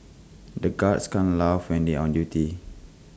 the guards can't laugh when they on duty